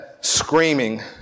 screaming